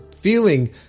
feeling